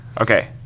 Okay